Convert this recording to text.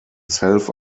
self